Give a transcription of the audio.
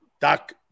Doc